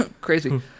Crazy